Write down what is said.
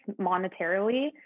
monetarily